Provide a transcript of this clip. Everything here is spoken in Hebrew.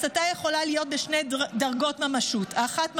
הסתה יכולה להיות בשתי דרגות ממשות: האחת,